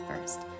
first